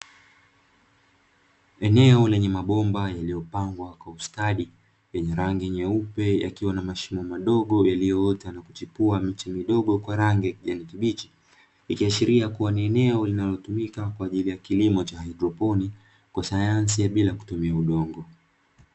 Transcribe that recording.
Eneo lenye mabomba yaliyopangwa kwa ustadi yenye rangi nyeupe, yakiwa na mashimo madogo yaliyoota na kuchipua miche midogo kwa rangi ya kijani kibichi; ikiashira kuwa ni eneo linalotumika kwa ajili ya kilimo cha haidroponi cha sayansi ya bila kutumia udongo.